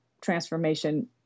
transformation